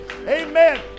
Amen